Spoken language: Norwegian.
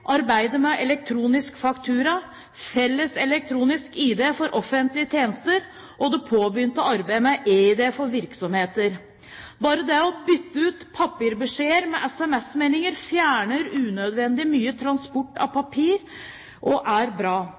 med elektronisk faktura, felles elektronisk ID for offentlige tjenester og det påbegynte arbeidet med eID for virksomheter. Bare det å bytte ut papirbeskjeder med SMS-meldinger fjerner unødvendig mye transport av papir, og det er bra.